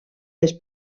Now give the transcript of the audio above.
les